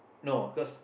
no because